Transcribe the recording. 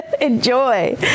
enjoy